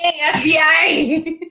FBI